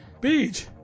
Beach